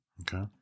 Okay